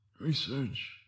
Research